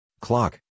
clock